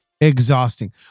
exhausting